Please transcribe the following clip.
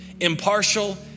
impartial